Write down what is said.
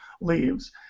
leaves